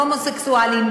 הומוסקסואלים,